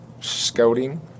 scouting